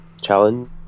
challenge